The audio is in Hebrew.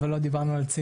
אבל לא דיברנו על צעירים.